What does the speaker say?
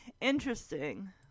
interesting